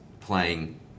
playing